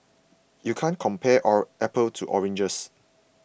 you can't compare our apples to oranges